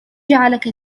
جعلك